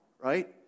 right